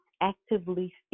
actively